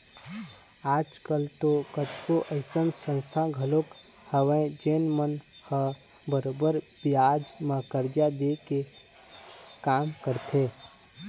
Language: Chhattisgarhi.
आज कल तो कतको अइसन संस्था घलोक हवय जेन मन ह बरोबर बियाज म करजा दे के काम करथे